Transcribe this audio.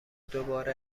دوباره